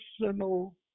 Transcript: personal